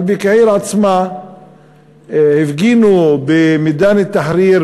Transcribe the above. אבל בקהיר עצמה הפגינו במידאן אל-תחריר